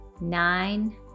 nine